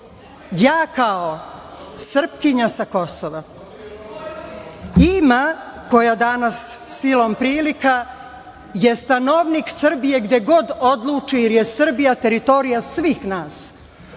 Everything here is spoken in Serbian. ja kao Srpkinja sa Kosova, ima, koja danas silom prilika je stanovnik Srbije gde god odluči jer je Srbija teritorija svih nas